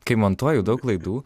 kai montuoju daug laidų